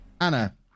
Anna